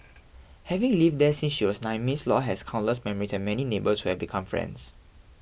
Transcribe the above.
having lived there since she was nine Miss Law has countless memory and many neighbors who have become friends